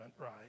right